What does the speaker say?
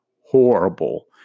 horrible